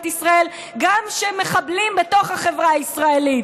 ישראל כשהם מחבלים בתוך החברה הישראלית,